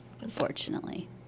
unfortunately